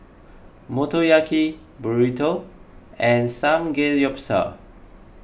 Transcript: Motoyaki Burrito and Samgeyopsal